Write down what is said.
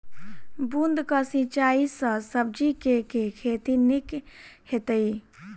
बूंद कऽ सिंचाई सँ सब्जी केँ के खेती नीक हेतइ?